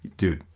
dude,